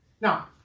Now